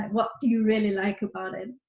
what do you really like about it?